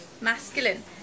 masculine